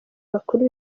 bakuru